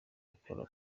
akora